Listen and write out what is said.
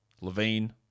Levine